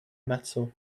metal